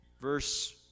verse